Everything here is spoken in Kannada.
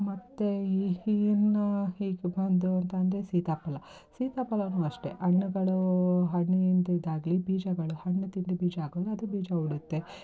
ಮತ್ತು ಈ ಏನು ಈ ಒಂದು ಅಂತ ಅಂದ್ರೆ ಸೀತಾಫಲ ಸೀತಾಫಲನೂ ಅಷ್ಟೆ ಹಣ್ಣುಗಳು ಹಣ್ಣಿಂದು ಇದಾಗಲಿ ಬೀಜಗಳು ಹಣ್ಣು ತಿಂದು ಬೀಜ ಹಾಕಿದ್ರೆ ಅದು ಬೀಜ ಉಳಿಯುತ್ತೆ